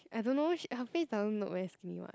I don't know her face doesn't look very skinny [what]